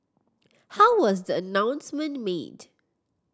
how was the announcement made